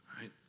right